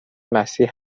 مسیح